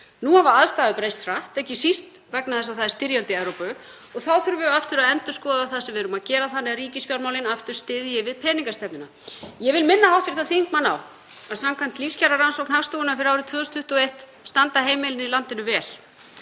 Nú hafa aðstæður breyst hratt, ekki síst vegna þess að það er styrjöld í Evrópu, og þá þurfum við aftur að endurskoða það sem við erum að gera þannig að ríkisfjármálin styðji við peningastefnuna. Ég vil minna hv. þingmann á að samkvæmt lífskjararannsókn Hagstofunnar fyrir árið 2021 standa heimilin í landinu vel,